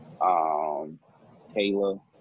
Kayla